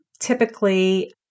typically